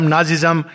Nazism